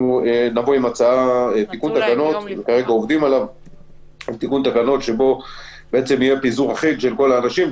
אנחנו עובדים על תיקון התקנות כך שיתאפשר פיזור אחיד של כל האנשים,